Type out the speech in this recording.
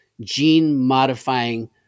gene-modifying